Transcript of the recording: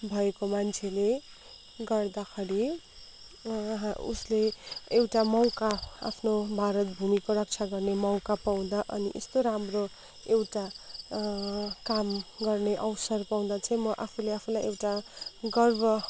भएको मान्छेले गर्दाखेरि उसले एउटा मौका आफ्नो भारत भूमिको रक्षा गर्ने मौका पाउँदा अनि यस्तो राम्रो एउटा काम गर्ने अवसर पाउँदा चाहिँ म आफूले आफूलाई एउटा गर्व